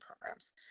programs